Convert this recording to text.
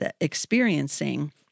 experiencing